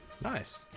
Nice